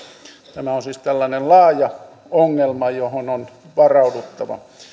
tämä on siis tällainen laaja ongelma johon on varauduttava